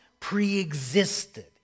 preexisted